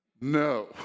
No